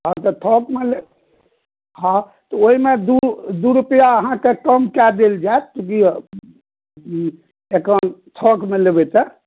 हँ तऽ थोकमे लेब हँ तऽ ओहिमे दू रुपआ अहाँकेँ कम कए देल जायत देखिऔ एखन थोकमे लेबै तऽ